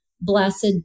blessed